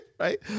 Right